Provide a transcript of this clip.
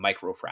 microfracture